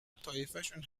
طایفشون